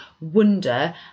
wonder